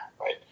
right